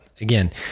again